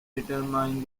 determine